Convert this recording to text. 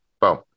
Boom